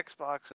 Xbox